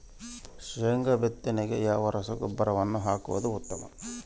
ಶೇಂಗಾ ಬಿತ್ತನೆಗೆ ಯಾವ ರಸಗೊಬ್ಬರವನ್ನು ಹಾಕುವುದು ಉತ್ತಮ?